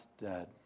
dead